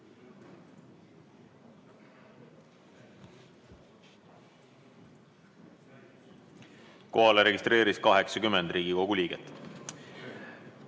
Kohale registreerus 80 Riigikogu liiget. Mul